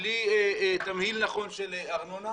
ובלי תמהיל נכון של ארנונה.